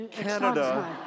Canada